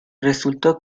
resultó